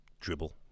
Dribble